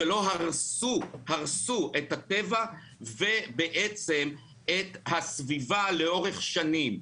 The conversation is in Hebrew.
שלא הרסו את הטבע ואת הסביבה לאורך שנים,